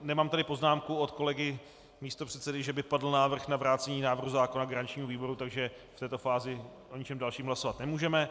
Nemám tady poznámku od kolegy místopředsedy, že by padl návrh na vrácení návrhu zákona garančnímu výboru, takže v této fázi o ničem dalším hlasovat nemůžeme.